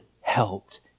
helped